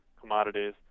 commodities